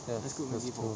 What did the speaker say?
yes that's true